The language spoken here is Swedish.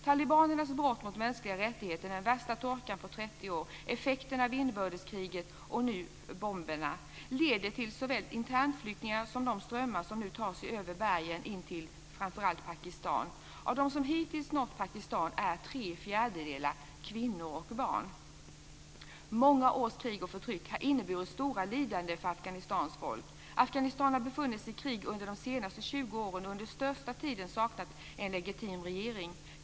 Talibanernas brott mot mänskliga rättigheter, den värsta torkan på 30 år, effekterna av inbördeskriget och nu bomberna leder till såväl internflyktingar som de strömmar som nu tar sig över bergen in till framför allt Pakistan. Av dem som hittills nått Pakistan är tre fjärdedelar kvinnor och barn. Många års krig och förtryck har inneburit stora lidanden för Afghanistans folk. Afghanistan har befunnit sig i krig under de senaste 20 åren och har under största delen av tiden saknat en legitim regering.